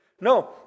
No